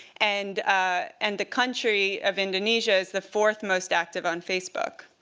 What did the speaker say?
and ah and the country of indonesia is the fourth most active on facebook.